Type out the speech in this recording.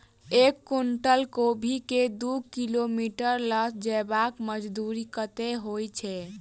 एक कुनटल कोबी केँ दु किलोमीटर लऽ जेबाक मजदूरी कत्ते होइ छै?